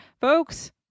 folks